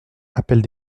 appelle